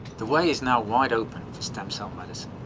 the way is now wide open for stem cell medicine.